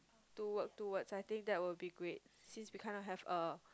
to work towards I think that will be great since we kind of have a